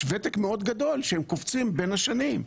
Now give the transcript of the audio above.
יש ותק מאוד גדול שהם קופצים בין השנים.